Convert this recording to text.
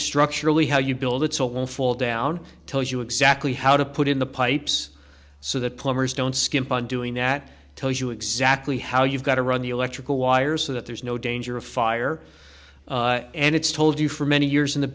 structurally how you build it's own fall down tells you exactly how to put in the pipes so that plumbers don't skimp on doing that tell you exactly how you've got to run the electrical wires so that there's no danger of fire and it's told you for many years in the